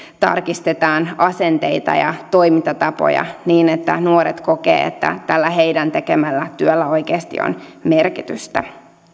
tarkistamme asenteita ja toimintatapoja niin että nuoret kokevat että tällä heidän tekemällään työllä oikeasti on merkitystä